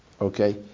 okay